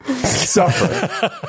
suffer